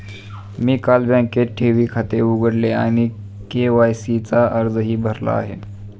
मी काल बँकेत ठेवी खाते उघडले आणि के.वाय.सी चा अर्जही भरला आहे